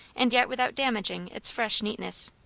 and yet without damaging its fresh neatness.